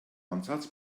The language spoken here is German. ansatz